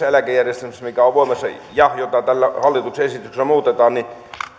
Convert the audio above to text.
eläkejärjestelmää joka on voimassa tällä hallituksen esityksellä muutetaan